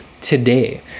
today